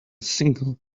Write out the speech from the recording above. single